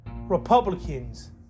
Republicans